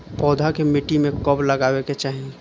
पौधा के मिट्टी में कब लगावे के चाहि?